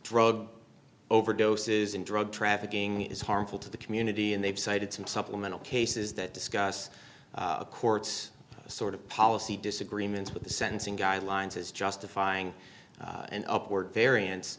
drug overdoses and drug trafficking is harmful to the community and they've cited some supplemental cases that discuss a court's sort of policy disagreements with the sentencing guidelines is justifying an upward variance